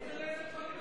היא מנהלת בית-חולים.